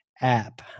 app